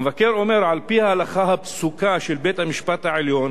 המבקר אומר: "על-פי ההלכה הפסוקה של בית-המשפט העליון,